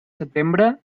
setembre